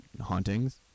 hauntings